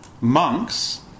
Monks